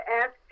ask